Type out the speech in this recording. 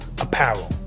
apparel